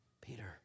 peter